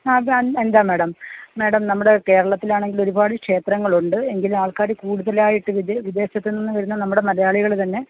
അത് എന്താ madam madam നമ്മുടെ കേരളത്തിലാണെങ്കിലൊരുപാട് ക്ഷേത്രങ്ങളുണ്ട് എങ്കിലുമാൾക്കാർ കൂടുതലായിട്ട് വിദേ വിദേശത്ത് നിന്നു വരുന്ന നമ്മുടെ മലയാളികൾ തന്നെ